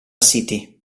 city